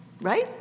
right